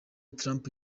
trump